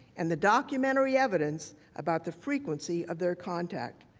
and the documentary evidence about the frequency of their contact.